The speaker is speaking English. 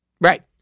Right